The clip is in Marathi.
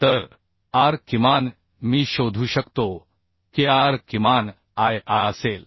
तर r किमान मी शोधू शकतो की r किमान Ia असेल